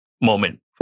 moment